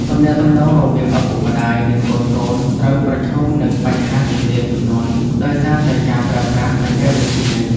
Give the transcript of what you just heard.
ទំនាក់ទំនងរវាងឪពុកម្ដាយ និងកូនៗត្រូវប្រឈមនឹងបញ្ហាគម្លាតជំនាន់ដោយសារតែការប្រើប្រាស់បច្ចេកវិទ្យា។